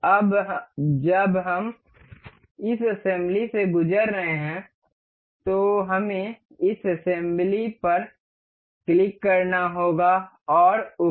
अब जब हम इस असेंबली से गुजर रहे हैं तो हमें इस असेंबली पर क्लिक करना होगा और ओके